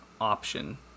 option